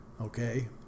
okay